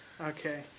Okay